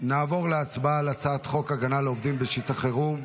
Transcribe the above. נעבור להצבעה על הצעת חוק ההגנה לעובדים בשעת חירום.